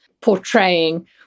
portraying